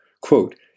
Quote